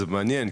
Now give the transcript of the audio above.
זה מעניין,